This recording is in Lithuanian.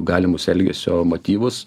galimus elgesio motyvus